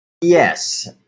Yes